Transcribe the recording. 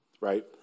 right